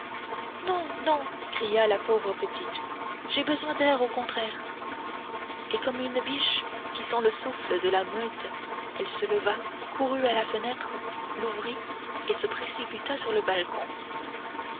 non non cria la pauvre petite j'ai besoin d'air au contraire et comme une biche qui sent le souffle de la meute elle se leva courut à la fenêtre l'ouvrit et se précipita sur le balcon